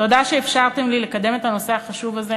תודה שאפשרתם לי לקדם את הנושא החשוב הזה